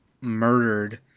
murdered